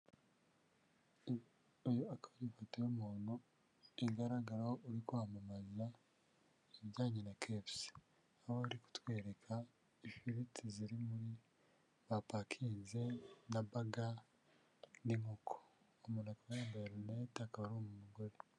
Iyi akaba ari ifoto y'umuntu igaragaraho uri kwamamaza ibijyanye na kefusi, aho ari kutwereka ifiriti ziri muri bapakinze na baga n'inkoko, akaba yambaye rinete akaba ari umugore.